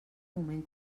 moment